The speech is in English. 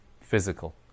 physical